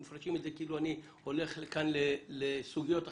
מפרשים את זה כאילו אני בוחר ללכת לסוגיות אחרות,